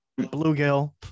bluegill